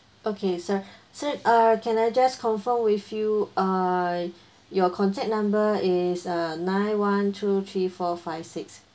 okay sir sir uh can I just confirm with you uh your contact number is uh nine one two three four five six